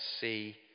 see